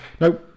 no